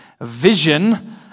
vision